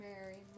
Mary